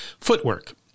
footwork